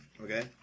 Okay